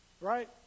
right